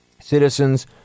citizens